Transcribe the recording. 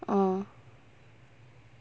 uh